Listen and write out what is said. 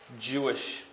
Jewish